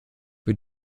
wir